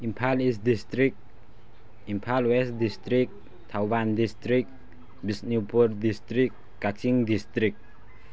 Imphal east district Imphal west district Thoubal district Bishnupur district Kakching district